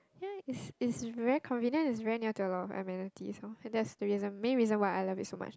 ya is is very convenient is very near to a lot of amenities hor and that is the reason main reason why I love it so much lah